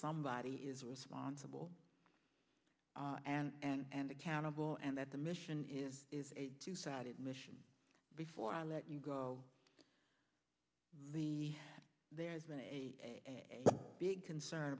somebody is responsible and accountable and that the mission is is a two sided mission before i let you go the there's been a big concern